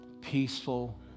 peaceful